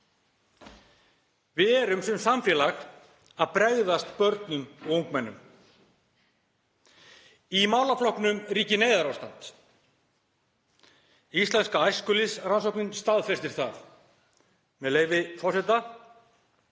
Við erum sem samfélag að bregðast börnum og ungmennum. Í málaflokknum ríkir neyðarástand. Íslenska æskulýðsrannsóknin staðfestir það. Með leyfi forseta: